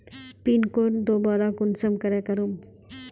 Pin code दोबारा कुंसम करे करूम?